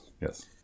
Yes